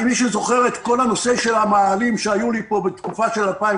האם מישהו זוכר את כל הנושא של המאהלים שהיו לי פה בתקופה של 2011?